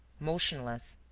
motionless,